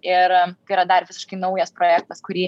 ir tai yra dar visiškai naujas projektas kurį